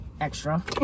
extra